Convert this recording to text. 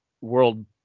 world